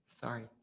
Sorry